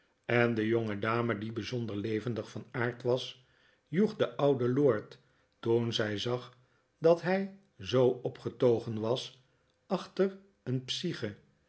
en de jongedame die bijzonder levendig van aard was joeg den ouden lord toen zij zag dat hij zoo opgetogen was achter een psyche